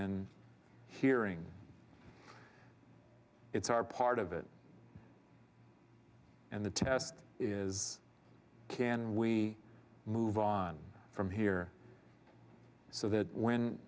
in hearing it's our part of it and the test is can we move on from here so that when